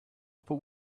upper